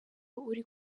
uri